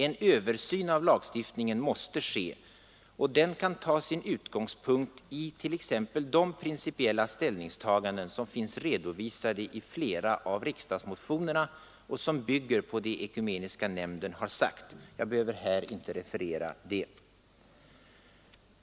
En översyn av lagstiftningen måste ske, och den kan ta sin utgångspunkt i t.ex. de principiella ställningstaganden som finns redovisade i flera av riksdagsmotionerna och som bygger på vad Ekumeniska nämnden har uttalat. Jag behöver här inte referera det.